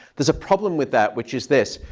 there's a problem with that, which is this.